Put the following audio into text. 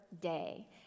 day